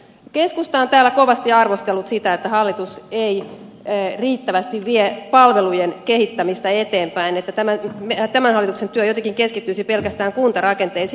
keskusta on täällä kovasti arvostellut sitä että hallitus ei riittävästi vie palvelujen kehittämistä eteenpäin että tämän hallituksen työ jotenkin keskittyisi pelkästään kuntarakenteisiin